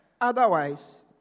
Otherwise